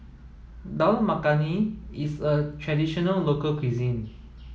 Dal Makhani is a traditional local cuisine